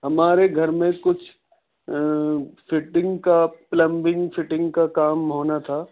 ہمارے گھر میں کچھ فٹنگ کا پلمبنگ فٹنگ کا کام ہونا تھا